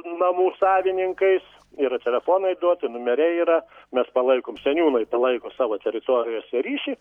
namų savininkais yra telefonai duoti numeriai yra mes palaikom seniūnai palaiko savo teritorijose ryšį